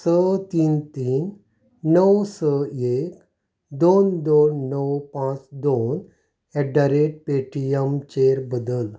स तीन तीन णव स एक दोन दोन णव पांच दोन at the rate Paytm चेर बदल